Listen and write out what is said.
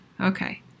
okay